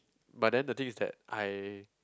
but then the thing is that I